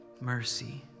mercy